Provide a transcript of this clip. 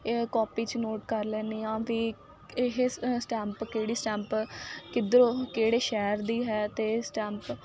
ਇਹ ਕਾਪੀ 'ਚ ਨੋਟ ਕਰ ਲੈਂਦੀ ਹਾਂ ਵੀ ਇਹ ਸਟੈਂਪ ਕਿਹੜੀ ਸਟੈਂਪ ਕਿੱਧਰੋਂ ਕਿਹੜੇ ਸ਼ਹਿਰ ਦੀ ਹੈ ਅਤੇ ਸਟੈਂਪ